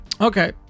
okay